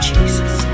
Jesus